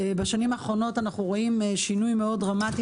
בשנים האחרונות אנחנו רואים שינוי דרמטי